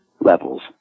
Levels